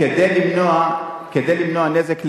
כדי למנוע נזק לילדים,